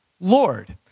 Lord